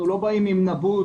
אנחנו לא באים עם נבוט.